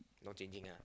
not changing ah